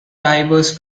diverse